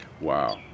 Wow